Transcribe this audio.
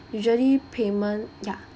usually payment ya